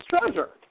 treasure